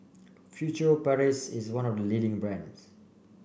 Furtere Paris is one of leading brands